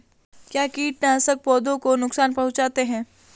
क्या कीटनाशक पौधों को नुकसान पहुँचाते हैं?